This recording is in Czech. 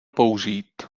použít